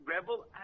Rebel